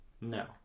no